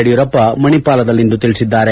ಯಡಿಯೂರಪ್ಪ ಮಣಿಪಾಲದಲ್ಲಿಂದು ತಿಳಿಸಿದ್ದಾರೆ